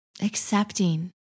accepting